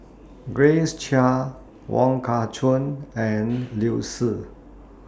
Grace Chia Wong Kah Chun and Liu Si